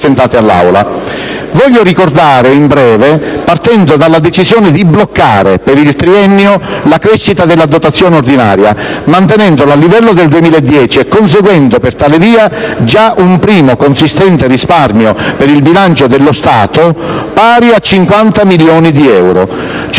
Voglio ricordarle in breve, partendo dalla decisione di bloccare, per il triennio, la crescita della dotazione ordinaria, mantenendola al livello del 2010, conseguendo per tale via già un primo consistente risparmio per il bilancio dello Stato pari a circa 50 milioni di euro. Ciò significa che le risorse finanziarie a